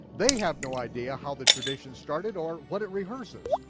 they have no idea how the tradition started or what it rehearses,